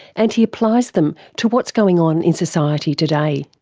and he applies them to what's going on in society today.